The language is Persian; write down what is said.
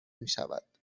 میشود